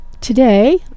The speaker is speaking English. today